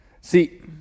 See